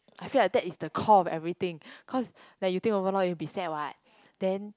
I feel like that is the core of everything cause like you think overall you will be sad what then